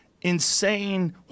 insane